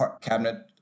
cabinet